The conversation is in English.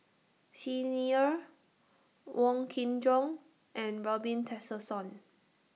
Xi Ni Er Wong Kin Jong and Robin Tessensohn